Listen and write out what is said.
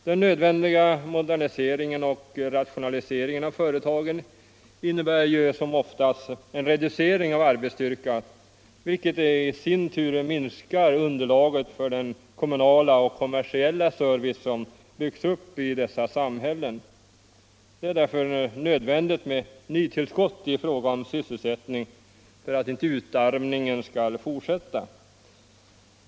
Den nödvändiga moderniseringen och rationaliseringen av företagen innebär som oftast en reducering av arbetsstyrkan, vilket i sin tur minskar underlaget för den kommunala och kommersiella service som byggts upp i dessa samhällen. Det är därför nödvändigt med nytillskott i fråga om sysselsättning, för att inte utarmningen skall fortsätta.